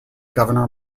governor